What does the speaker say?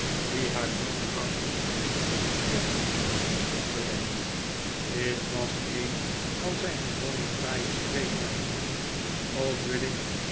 die haar zoo krachtig en treffend zijn opgelegd dit was een van zijn gewone fraaie spreekwijzen ook wil ik